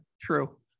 true